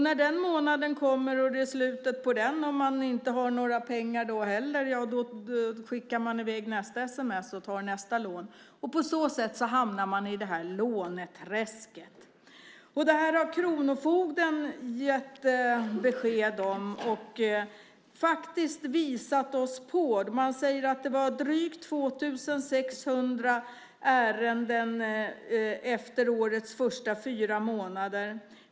När det är i slutet av den månaden och man inte heller då har några pengar skickar man i väg nästa sms och tar nästa lån. På så sätt hamnar man i låneträsket. Det här har kronofogden gett besked om och visat oss på. Man säger att det var drygt 2 600 ärenden efter årets fyra första månader.